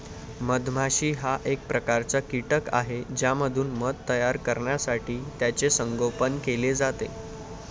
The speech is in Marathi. मधमाशी हा एक प्रकारचा कीटक आहे ज्यापासून मध तयार करण्यासाठी त्याचे संगोपन केले जाते